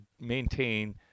maintain